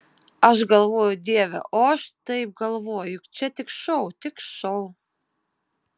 aš galvoju dieve o aš taip galvoju juk čia tik šou tik šou